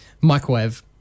Microwave